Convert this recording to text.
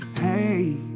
Hey